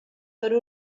per